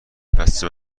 بسته